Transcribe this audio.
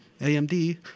AMD